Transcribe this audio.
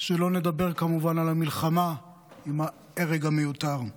שלא נדבר כמובן על המלחמה עם ההרג המיותר.